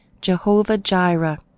Jehovah-Jireh